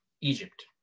Egypt